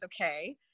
Okay